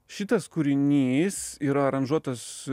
šitas kūrinys yra aranžuotas